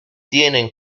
tienen